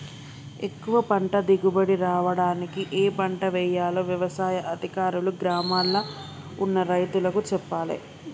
ఎక్కువ పంట దిగుబడి రావడానికి ఏ పంట వేయాలో వ్యవసాయ అధికారులు గ్రామాల్ల ఉన్న రైతులకు చెప్పాలే